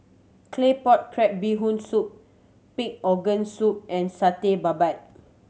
Claypot Crab Bee Hoon Soup pig organ soup and Satay Babat